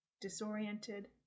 disoriented